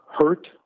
hurt